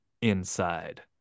inside